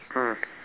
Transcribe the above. mm